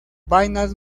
vainas